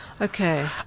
Okay